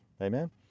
Amen